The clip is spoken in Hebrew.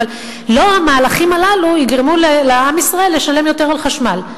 אבל לא המהלכים הללו יגרמו לעם ישראל לשלם יותר על חשמל.